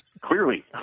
Clearly